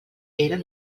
eren